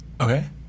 Okay